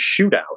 shootout